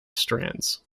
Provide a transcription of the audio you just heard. strands